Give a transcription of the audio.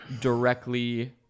directly